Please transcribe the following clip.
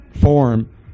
form